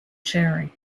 cherry